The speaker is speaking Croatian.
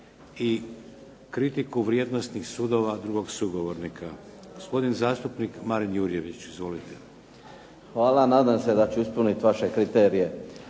i kritiku vrijednosnih sudova drugog sugovornika. Gospodin zastupnik Marin Jurjević. Izvolite. **Jurjević, Marin (SDP)** Hvala. Nadam se da ću ispuniti vaše kriterije.